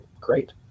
great